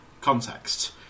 Context